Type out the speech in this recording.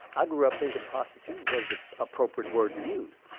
i grew up thinking prostitute was the appropriate word to use.